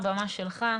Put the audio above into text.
בבקשה, הבמה שלך.